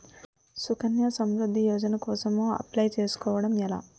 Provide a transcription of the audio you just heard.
సుకన్య సమృద్ధి యోజన కోసం అప్లయ్ చేసుకోవడం ఎలా?